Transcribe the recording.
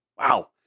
Wow